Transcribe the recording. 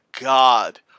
god